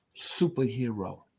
superhero